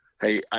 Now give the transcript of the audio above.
Hey